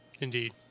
Indeed